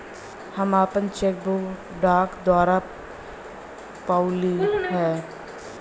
हम आपन cheque book डाक द्वारा पउली है